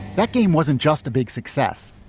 that game wasn't just a big success,